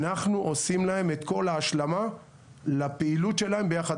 אנחנו עושים להם את כל ההשלמה לפעילות שלהם ביחד